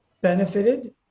benefited